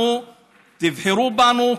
תבחרו בנו,